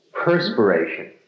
perspiration